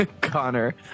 Connor